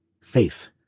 faith